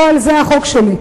לא על זה החוק שלי,